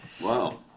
Wow